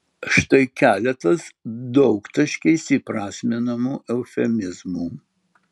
štai keletas daugtaškiais įprasminamų eufemizmų